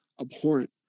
abhorrent